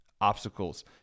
obstacles